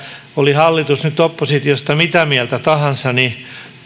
oli hallitus nyt oppositiosta mitä mieltä tahansa